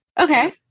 okay